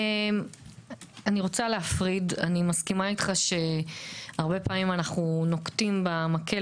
אני מסכימה איתך שהרבה פעמים אנו נוקטים במקבל